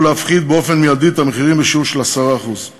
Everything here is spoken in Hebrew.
להפחית מיידית את המחירים בשיעור של 10%;